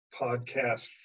podcast